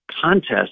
contest